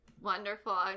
Wonderful